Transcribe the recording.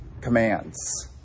commands